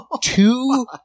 two